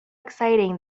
exciting